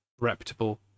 reputable